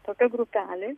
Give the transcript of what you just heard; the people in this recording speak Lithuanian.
tokia grupelė